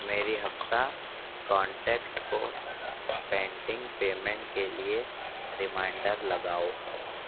میری حفصہ کانٹیکٹ کو pending payment کے لیے ریمائنڈر لگاؤ